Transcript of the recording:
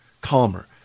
calmer